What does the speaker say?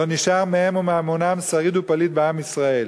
לא נשאר מהם ומהמונם שריד ופליט בעם ישראל.